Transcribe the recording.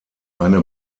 eine